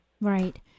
Right